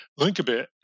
Linkabit